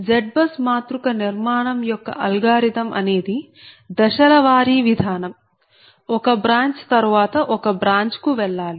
ZBUS మాతృక నిర్మాణం యొక్క అల్గోరిథం అనేది దశల వారీ విధానం ఒక బ్రాంచ్ branch శాఖ తరువాత ఒక బ్రాంచ్ కు వెళ్లాలి